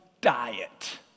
diet